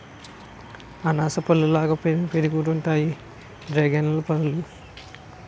అనాస పల్లులాగా పెద్దగుంతాయి డ్రేగన్పల్లు పళ్ళు